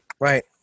Right